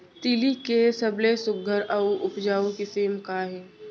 तिलि के सबले सुघ्घर अऊ उपजाऊ किसिम का हे?